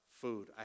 food